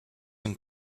and